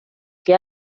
que